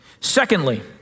Secondly